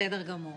בסדר גמור.